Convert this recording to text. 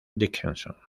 dickinson